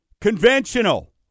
Conventional